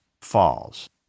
falls